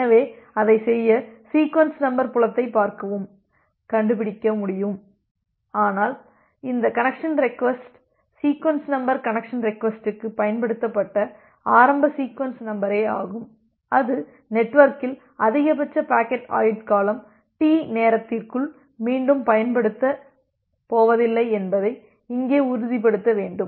எனவே அதைச் செய்ய சீக்வென்ஸ் நம்பர் புலத்தைப் பார்க்கவும் கண்டுபிடிக்கவும் முடியும் ஆனால் இந்த connection request sequence number connection ரெக்வஸ்ட்க்கு பயன்படுத்தப்பட்ட ஆரம்ப சீக்வென்ஸ் நம்பரே ஆகும் அது நெட்வொர்க்கில் அதிகபட்ச பாக்கெட் ஆயுட்காலம் டி நேரத்திற்குள் மீண்டும் பயன்படுத்த போவதில்லை என்பதை இங்கே உறுதிப்படுத்த வேண்டும்